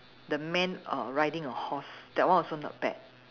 the man err riding a horse that one also not bad